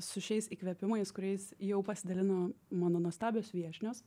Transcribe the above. su šiais įkvėpimais kuriais jau pasidalino mano nuostabios viešnios